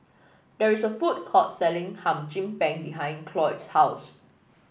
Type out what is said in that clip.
there is a food court selling Hum Chim Peng behind Cloyd's house